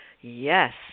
yes